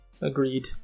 Agreed